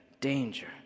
danger